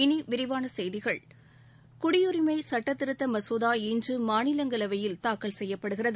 இனி விரிவான செய்திகள் குடியுரிமை சட்ட திருத்த மசோதா இன்று மாநிலங்களவையில் தாக்கல் செய்யப்படுகிறது